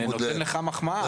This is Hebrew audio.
דווקא אני נותן לך מחמאה.